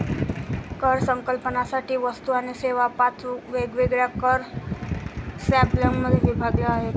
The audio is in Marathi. कर संकलनासाठी वस्तू आणि सेवा पाच वेगवेगळ्या कर स्लॅबमध्ये विभागल्या आहेत